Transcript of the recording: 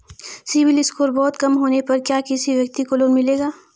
CIBIL score बहुत कम होने पर क्या किसी व्यक्ति को लोंन मिलेगा?